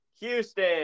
Houston